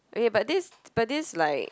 okay but this but this like